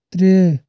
ترٛےٚ